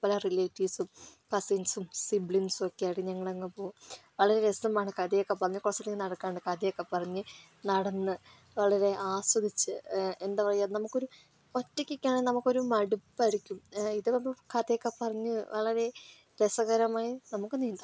കുറേ റിലേറ്റീവ്സും കസിൻസും സിബ്ലിംഗ്സൊക്കെ ആയിട്ട് ഞങ്ങളങ്ങോട്ട് പോകും വളരെ രസമാണ് കഥയൊക്കെ പറഞ്ഞ് കുറച്ചധികം നടക്കാനുണ്ട് കഥയൊക്കെ പറഞ്ഞ് നടന്ന് വളരെ ആസ്വദിച്ച് എന്താ പറയുക നമുക്കൊരു ഒറ്റക്കൊക്കെയാണെങ്കിൽ നമുക്കൊരു മടുപ്പടിക്കും ഇതുകൊണ്ട് കഥയൊക്കെ പറഞ്ഞ് വളരെ രസകരമായി നമുക്ക് നീന്താം